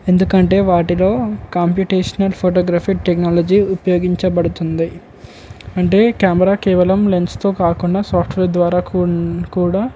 ఎందుకంటే వాటిలో computational photography technology ఉపయోగించబడుతుంది అంటే కెమెరా కేవలం లెన్స్తో కాకుండా సాఫ్ట్వేర్ ద్వారా కూడా